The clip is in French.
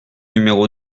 numéro